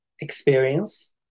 experience